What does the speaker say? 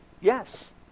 yes